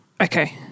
Okay